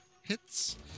Hits